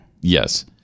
Yes